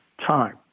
time